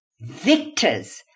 victors